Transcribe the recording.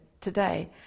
today